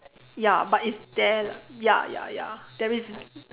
ya but it's there ya ya ya there is